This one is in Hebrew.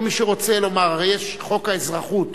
כל מי שרוצה לומר, הרי יש חוק האזרחות